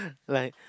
goodnight